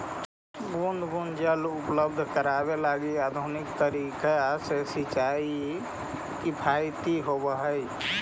बूंद बूंद जल उपलब्ध करावे लगी आधुनिक तरीका से सिंचाई किफायती होवऽ हइ